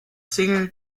single